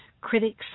critics